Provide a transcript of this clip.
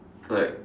like